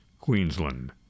Queensland